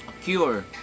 cure